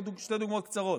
עוד שתי דוגמאות קצרות,